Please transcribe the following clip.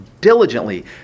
diligently